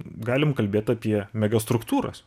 galim kalbėt apie megastruktūras